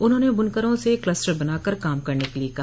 उन्होंने बुनकरों से कलस्टर बना कर काम करने के लिये कहा